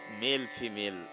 male-female